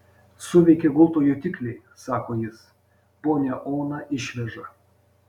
suveikė gulto jutikliai sako jis ponią oną išveža